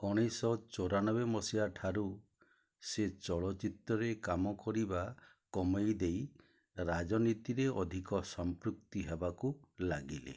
ଉଣେଇଶ ଚୋରାନବେ ମସିହା ଠାରୁ ସେ ଚଳଚ୍ଚିତ୍ରରେ କାମ କରିବା କମେଇଦେଇ ରାଜନୀତିରେ ଅଧିକ ସମ୍ପୃକ୍ତି ହେବାକୁ ଲାଗିଲେ